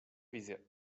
wizje